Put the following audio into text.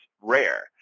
rare